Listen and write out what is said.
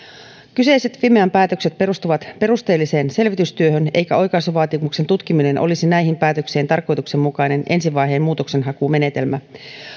kyseiset fimean päätökset perustuvat perusteelliseen selvitystyöhön eikä oikaisuvaatimuksen tutkiminen olisi näihin päätöksiin tarkoituksenmukainen ensivaiheen muutoksenhakumenetelmä